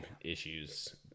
issues